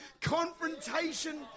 confrontation